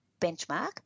benchmark